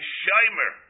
shimer